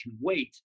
wait